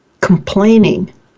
complaining